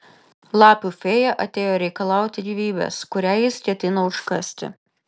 lapių fėja atėjo reikalauti gyvybės kurią jis ketino užkasti